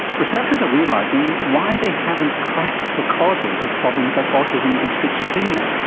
researchers are realising why they haven't cracked the causes of problems like autism and schizophrenia,